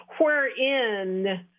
wherein